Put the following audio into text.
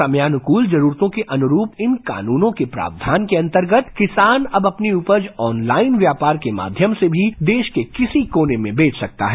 समयानुकूल जरूरतों के अनुरूप इन कानूनों के प्रावधान के अंतर्गत किसान अब अपनी उपज ऑन लाइन व्यापार के माध्यम से भी देश के किसी कोने में बेच सकता है